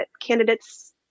candidates